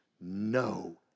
no